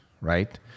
right